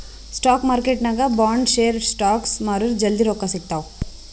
spot ಮಾರ್ಕೆಟ್ನಾಗ್ bond, share, stocks ಮಾರುರ್ ಜಲ್ದಿ ರೊಕ್ಕಾ ಸಿಗ್ತಾವ್